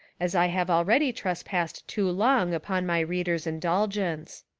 as i have already trespassed too long upon my readers' indulgence.